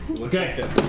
Okay